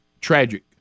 tragic